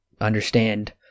understand